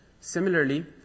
similarly